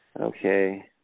okay